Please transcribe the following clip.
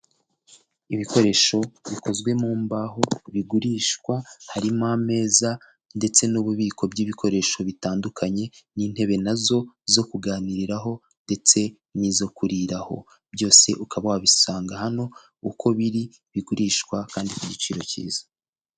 Ibikoresho bikozwe mu mbaho bigurishwa, harimo ameza ndetse n'ububiko bw'ibikoresho bitandukanye n'intebe nazo zo kuganiraho ndetse n'izo kuriraho, byose ukaba wabisanga hano uko biri bigurishwa kandi ku giciro cyiza.